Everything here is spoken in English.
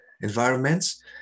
environments